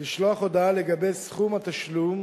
לשלוח הודעה לגבי סכום התשלום